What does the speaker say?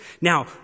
Now